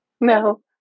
no